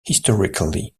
historically